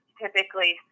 typically